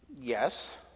Yes